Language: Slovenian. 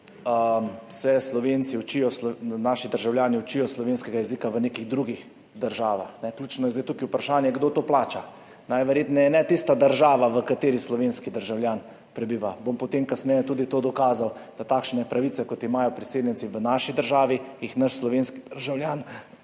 naši državljani učijo slovenskega jezika v nekih drugih državah. Ključno je zdaj tukaj vprašanje, kdo to plača. Najverjetneje ne tista država, v kateri prebiva slovenski državljan, bom potem kasneje tudi to dokazal, da takšne pravice, kot jih imajo priseljenci v naši državi, jih naš slovenski državljan v